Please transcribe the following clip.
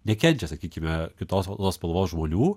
nekenčia sakykime kitos odos spalvos žmonių